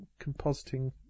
compositing